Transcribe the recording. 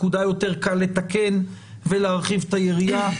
פקודה יותר קל לתקן ולהרחיב את היריעה.